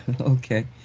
okay